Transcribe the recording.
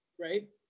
right